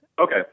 Okay